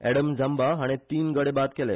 Adam Zampa हाणे तिन गडे बाद केले